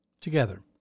Together